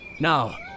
Now